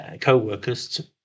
co-workers